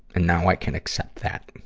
and now i can accept that.